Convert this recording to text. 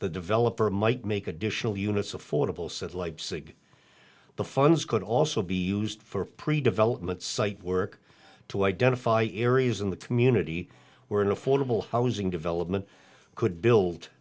the developer might make additional units affordable said leipzig the funds could also be used for predevelopment site work to identify areas in the community were in affordable housing development could build